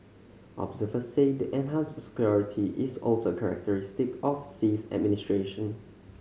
observers say the enhanced scrutiny is also characteristic of Xi's administration